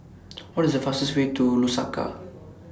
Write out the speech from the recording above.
What IS The fastest Way to Lusaka